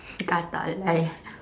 gatal I